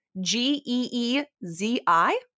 G-E-E-Z-I